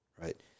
right